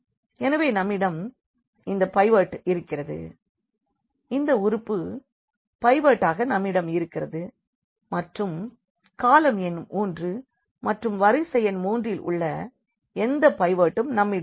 எனவே நம்மிடம் இந்த பைவோட் இங்கே இருக்கிறது இந்த உறுப்பு பைவோட்டாக நம்மிடம் இருக்கிறது மற்றும் காளம் எண் 3 மற்றும் வரிசை எண் 3 இல் எந்த பைவட்டும் நம்மிடம் இல்லை